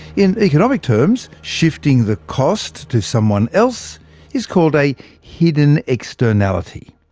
in economic terms, shifting the cost to someone else is called a hidden externality.